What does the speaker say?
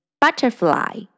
butterfly